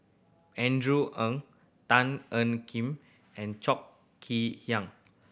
Andrew Ang Tan Ean Kiam and Cho Kee Hiang